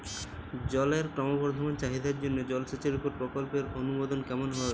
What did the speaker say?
জলের ক্রমবর্ধমান চাহিদার জন্য জলসেচের উপর প্রকল্পের অনুমোদন কেমন হওয়া উচিৎ?